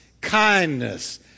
kindness